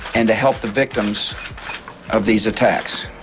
and to help the victims of these attacks.